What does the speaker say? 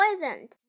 Poisoned